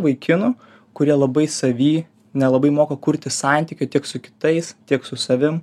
vaikinų kurie labai savy nelabai moka kurti santykių tiek su kitais tiek su savim